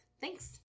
Thanks